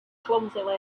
clumsily